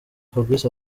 fabrice